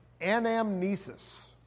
anamnesis